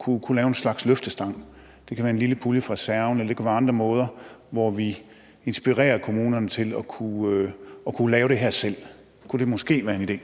kunne lave en slags løftestang. Det kan være en lille pulje fra reserven, eller det kan være andre måder, hvorpå vi inspirerer kommunerne til at kunne lave det her selv. Kunne det måske være en idé?